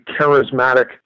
charismatic